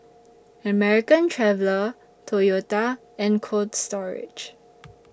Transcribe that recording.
American Traveller Toyota and Cold Storage